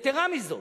יתירה מזאת,